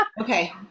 okay